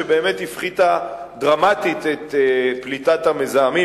שבאמת הפחיתה דרמטית את פליטת המזהמים,